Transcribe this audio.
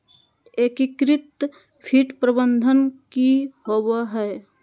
एकीकृत कीट प्रबंधन की होवय हैय?